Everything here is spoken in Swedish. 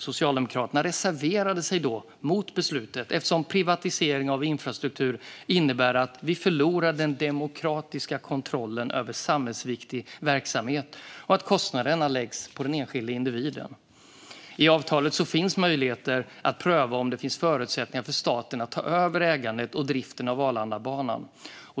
Socialdemokraterna reserverade sig då mot beslutet eftersom privatisering av infrastruktur innebär att vi förlorar den demokratiska kontrollen över samhällsviktig verksamhet och att kostnaderna läggs på den enskilda individen. I avtalet finns möjligheter att pröva om det finns förutsättningar för staten att ta över ägandet och driften av Arlandabanan.